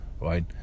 Right